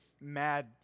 mad